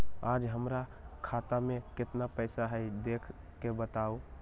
आज हमरा खाता में केतना पैसा हई देख के बताउ?